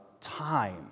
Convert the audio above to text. time